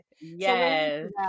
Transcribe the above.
Yes